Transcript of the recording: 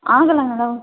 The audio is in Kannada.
ಆಗೋಲ್ಲ ಮೇಡಮ್